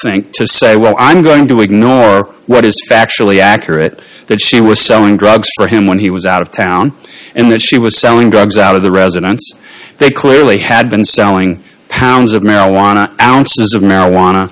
think to say well i'm going to ignore what is factually accurate that she was selling drugs for him when he was out of town and that she was selling drugs out of the residence they clearly had been selling pounds of marijuana ounces of marijuana